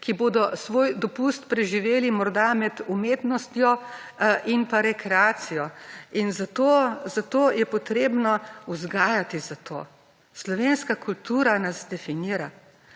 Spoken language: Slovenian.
ki bodo svoj dopust preživeli morda med umetnostjo in pa rekreacijo in zato je potrebno vzgajati za to. Slovenska kultura nas definira.